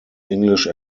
english